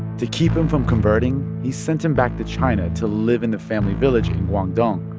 to keep him from converting, he sent him back to china to live in the family village in guangdong.